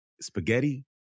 spaghetti